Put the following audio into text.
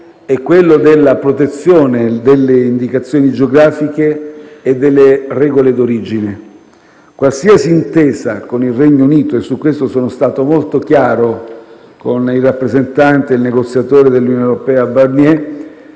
è la protezione delle indicazioni geografiche e delle regole di origine. Qualsiasi intesa con il Regno Unito - su questo sono stato molto chiaro con il rappresentante e il negoziatore dell'Unione europea Barnier